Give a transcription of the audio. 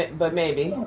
but maybe.